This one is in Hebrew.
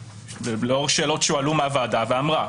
לאור שאלות שהועלו מהוועדה נציגת משרד המשפטים אמרה: